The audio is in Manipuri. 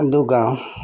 ꯑꯗꯨꯒ